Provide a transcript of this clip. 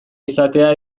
izatea